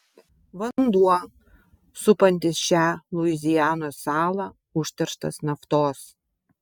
vanduo supantis šią luizianos salą užterštas naftos